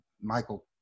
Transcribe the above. Michael